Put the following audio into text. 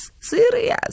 Serious